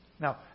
Now